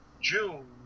June